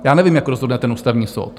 Já nevím, jak rozhodne ten Ústavní soud.